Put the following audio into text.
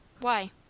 Why